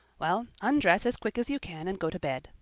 well, undress as quick as you can and go to bed.